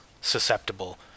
susceptible